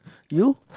you